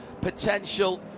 potential